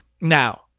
Now